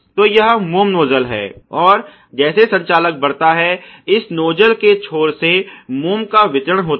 तो यह मोम नोज्जल है और जैसे संचालक बढ़ता है इस नोजल के छोर से मोम का वितरण होता है